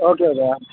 okay Udaya